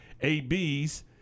A-Bs